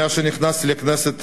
מאז נכנסתי לכנסת,